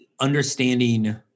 understanding